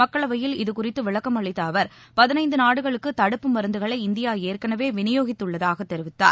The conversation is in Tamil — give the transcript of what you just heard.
மக்களவையில் இதுகுறித்து விளக்கம் அளித்த அவர் பதினைந்து நாடுகளுக்கு தடுப்பு மருந்துகளை இந்தியா ஏற்கெனவே விநியோகித்துள்ளதாக தெரிவித்தார்